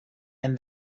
and